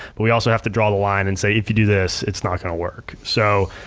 but we also have to draw the line and say, if you do this, it's not gonna work. so,